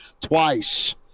twice